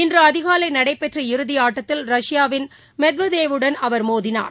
இன்று அதிகாலை நடைபெற்ற இறுதி ஆட்டத்தில் ரஷ்யாவின் மெத்வதேவுடன் அவர் மோதினார்